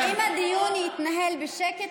אם הדיון יתנהל בשקט,